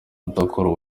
akorera